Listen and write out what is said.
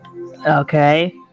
Okay